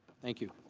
thank you.